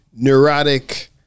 neurotic